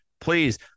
please